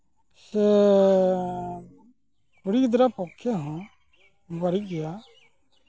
ᱥᱮ ᱠᱩᱲᱤ ᱜᱤᱫᱽᱨᱟᱹ ᱯᱚᱠᱠᱷᱮ ᱦᱚᱸ ᱵᱟᱹᱲᱤᱡ ᱜᱮᱭᱟ